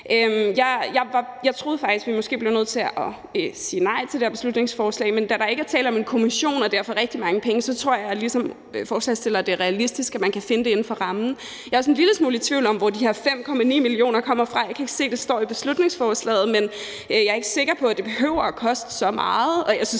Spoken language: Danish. Jeg troede faktisk, at vi måske blev nødt til at sige nej til det her beslutningsforslag, men da der ikke er tale om en kommission og derfor rigtig mange penge, tror jeg ligesom forslagsstilleren, at det er realistisk, at man kan finde det inden for rammen. Jeg er også en lille smule i tvivl om, hvor de her 5,9 mio. kr. kommer fra. Jeg kan ikke se, at det står i beslutningsforslaget, men jeg er ikke sikker på, at det behøver at koste så meget